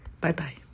Bye-bye